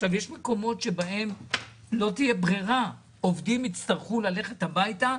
מקומות שבהם לא תהיה ברירה ועובדים יצטרכו ללכת הביתה.